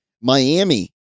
Miami